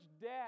debt